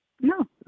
No